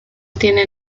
tiene